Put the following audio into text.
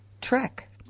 track